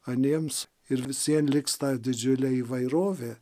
aniems ir visien liks ta didžiulė įvairovė